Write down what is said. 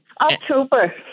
October